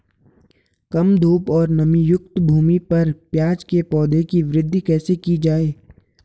कम धूप और नमीयुक्त भूमि पर प्याज़ के पौधों की वृद्धि कैसे की जाए?